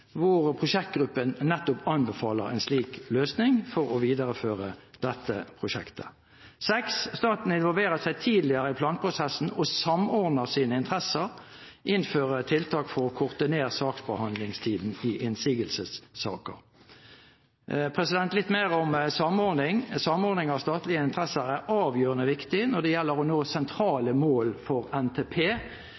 hvor prosjektgruppen nettopp anbefaler en slik løsning for å videreføre dette prosjektet: 6. at staten involverer seg tidligere i planprosessen og samordner sine interesser, og at man innfører tiltak for å korte ned saksbehandlingstiden i innsigelsessaker. Litt mer om samordning: Samordning av statlige interesser er avgjørende viktig når det gjelder å nå